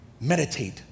Meditate